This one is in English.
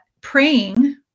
praying